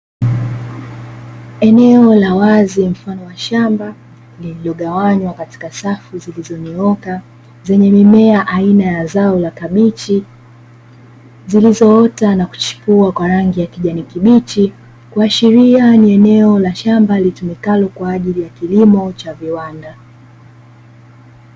Eneo la wazi mfano wa shamba lililogawanywa katika safu zilizonyooka, zenye mimea aina ya zao la kabichi, zilizoota na kuchipua kwa rangi ya kijani kibichi, kuashiria ni eneo la shamba, litumikalo kwa ajili ya kilimo cha viwanda.